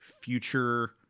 future